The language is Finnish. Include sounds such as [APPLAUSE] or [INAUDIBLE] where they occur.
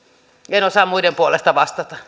en osaa muiden puolesta vastata [UNINTELLIGIBLE]